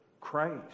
Christ